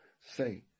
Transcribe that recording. say